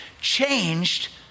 changed